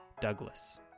Douglas